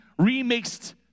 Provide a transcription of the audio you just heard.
remixed